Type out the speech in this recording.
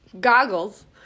goggles